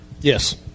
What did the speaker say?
Yes